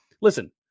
listen